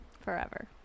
Forever